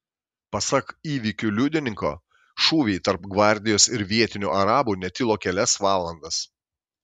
pasak įvykių liudininko šūviai tarp gvardijos ir vietinių arabų netilo kelias valandas